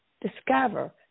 discover